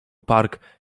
park